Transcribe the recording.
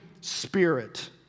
spirit